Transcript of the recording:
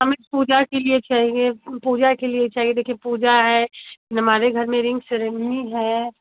हमें पूजा के लिए चाहिए पूजा के लिए चाहिए देखिए पूजा है हमारे घर में रिन्ग सेरिमनी है